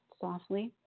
softly